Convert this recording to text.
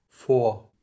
Four